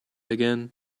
again